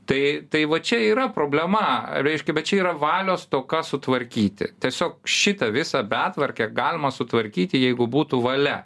tai tai va čia yra problema reiškia bet čia yra valios stoka sutvarkyti tiesiog šitą visą betvarkę galima sutvarkyti jeigu būtų valia